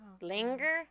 Linger